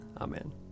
Amen